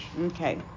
okay